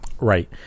Right